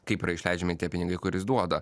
kaip yra išleidžiami tie pinigai kur jis duoda